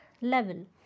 level